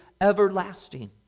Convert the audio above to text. everlasting